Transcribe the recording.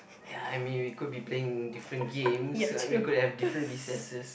ya I mean we could be playing different games we could have different recesses